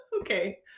Okay